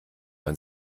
man